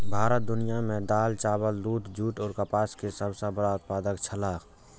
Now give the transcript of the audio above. भारत दुनिया में दाल, चावल, दूध, जूट और कपास के सब सॉ बड़ा उत्पादक छला